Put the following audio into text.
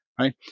right